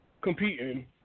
competing